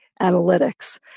analytics